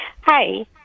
Hi